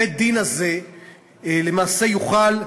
בית-הדין הזה למעשה יוכל,